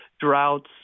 droughts